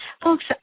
Folks